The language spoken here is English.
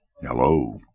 Hello